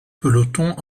pelotons